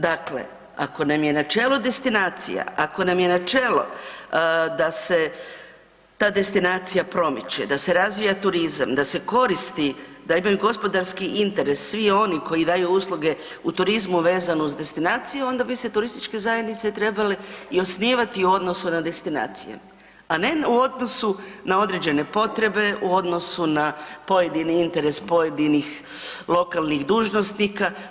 Dakle, ako nam je načelo destinacija, ako nam je načelo da se ta destinacija promiče, da se razvija turizam, da se koristi, da imaju gospodarski interes svi oni koji daju usluge u turizmu vezano uz destinaciju onda bi se TZ trebale i osnivati u odnosu na destinacije, a ne u odnosu na određene potrebe, u odnosu na pojedini interes pojedinih lokalnih dužnosnika.